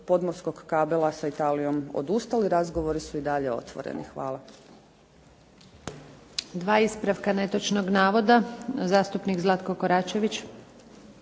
podmorskog kabela sa Italijom odustali, razgovori su i dalje otvoreni. Hvala.